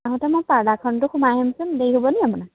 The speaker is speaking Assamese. আহোঁতে মই পাৰ্লাৰখনতো সোমাই আহিমচোন দেৰি হ'ব নি আপোনাৰ